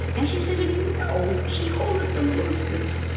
and she said to me, no. she holded them loosely.